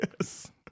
Yes